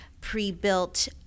pre-built